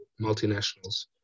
multinationals